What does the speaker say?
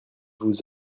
vous